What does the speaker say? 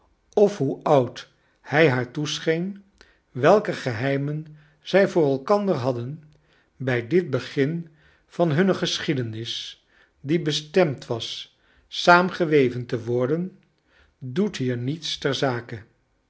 of hoe oud hij haar toescheen welke geheimen zij voor elkander hadden bij dit begin van hunne geschiedenis die bestemd was saamgeweven te worden doet hier niets ter zake